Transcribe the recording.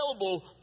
available